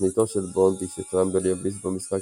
תוכניתו של בונד היא שטרמבל יביס במשחק